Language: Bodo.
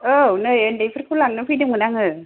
औ नै उन्दैफोरखौ लांनो फैदोंमोन आङो